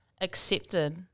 accepted